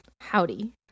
Howdy